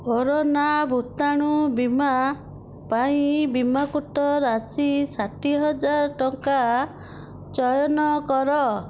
corona ଭୂତାଣୁ ବୀମା ପାଇଁ ବୀମାକୃତ ରାଶି ଷାଠିଏ ହଜାର ଟଙ୍କା ଚୟନ କର